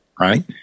right